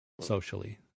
socially